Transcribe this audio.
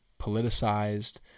politicized